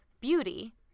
beauty